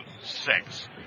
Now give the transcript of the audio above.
six